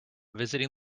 visiting